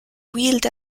wheeled